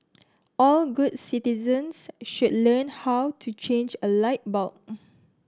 all good citizens should learn how to change a light bulb